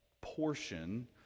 portion